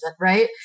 right